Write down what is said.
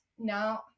no